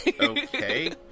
Okay